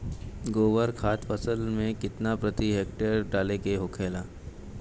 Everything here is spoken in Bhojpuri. गोबर खाद फसल में कितना प्रति हेक्टेयर डाले के होखेला?